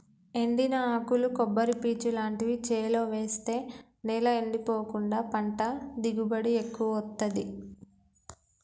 ఎండిన ఆకులు కొబ్బరి పీచు లాంటివి చేలో వేస్తె నేల ఎండిపోకుండా పంట దిగుబడి ఎక్కువొత్తదీ